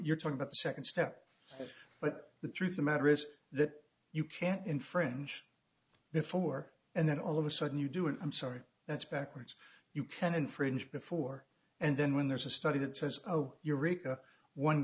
you're talking about the second step but the truth the matter is that you can't infringe before and then all of a sudden you do it i'm sorry that's backwards you can infringe before and then when there's a study that says oh eureka one